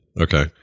Okay